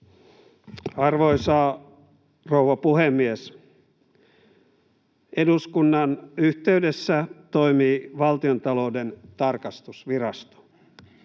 Arvoisa rouva puhemies! Eduskunnan yhteydessä toimii Valtiontalouden tarkastusvirasto.